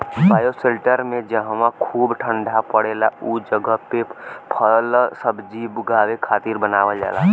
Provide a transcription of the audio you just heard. bioshelter में जहवा खूब ठण्डा पड़ेला उ जगही पे फलसब्जी उगावे खातिर बनावल जाला